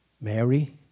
Mary